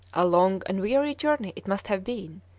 a long and weary journey it must have been,